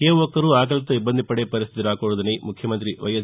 ఏ ఒక్కరూ ఆకలితో ఇబ్బంది పడే పరిస్థితి రాకూడదని ముఖ్యమంత్రి వైఎస్